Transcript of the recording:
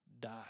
die